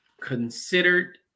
considered